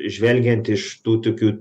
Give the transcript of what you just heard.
žvelgiant iš tų tokių